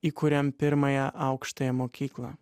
įkuriam pirmąją aukštąją mokyklą